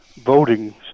voting